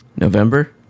November